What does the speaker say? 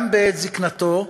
גם בעת זיקנתו,